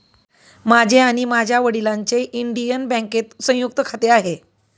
माझे आणि माझ्या वडिलांचे इंडियन बँकेत संयुक्त खाते आहे